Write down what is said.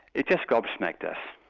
it just gobsmacked us,